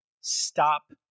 Stop